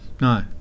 no